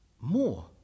more